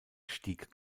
stieg